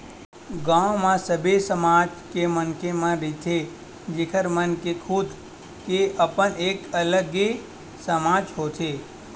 गाँव म सबे समाज के मनखे मन ह रहिथे जेखर मन के खुद के अपन एक अलगे समाज होथे